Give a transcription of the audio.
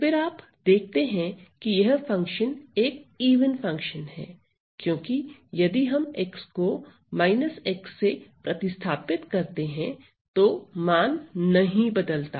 तो फिर आप देखते हैं कि यह फंक्शन एक इवन फंक्शन है क्योंकि यदि हम x को x से प्रतिस्थापित करते हैं तो मान नहीं बदलता